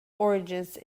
origins